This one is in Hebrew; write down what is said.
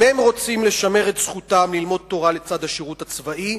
אם הם רוצים לשמר את זכותם ללמוד תורה לצד השירות הצבאי,